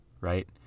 right